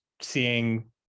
seeing